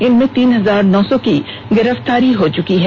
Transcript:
इनमें तीन हजार नौ सौ की गिरफ्तारी हो चुकी है